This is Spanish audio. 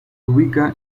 ubica